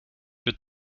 wird